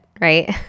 right